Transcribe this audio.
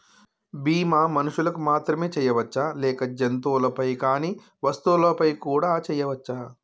బీమా మనుషులకు మాత్రమే చెయ్యవచ్చా లేక జంతువులపై కానీ వస్తువులపై కూడా చేయ వచ్చా?